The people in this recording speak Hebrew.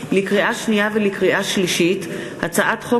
לקריאה שנייה ולקריאה שלישית: הצעת חוק